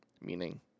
Meaning